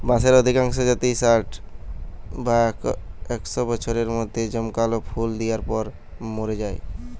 বাঁশের অধিকাংশ জাতই ষাট বা একশ বছরের মধ্যে জমকালো ফুল দিয়ার পর মোরে যায়